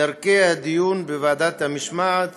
דרכי הדיון בוועדת המשמעת